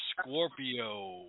Scorpio